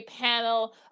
panel